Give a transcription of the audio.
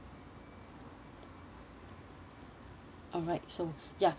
alright so ya